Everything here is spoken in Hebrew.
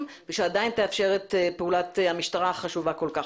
ושעדיין תאפשר את פעולת המשטרה החשובה כול כך.